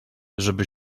żeby